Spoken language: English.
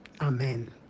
Amen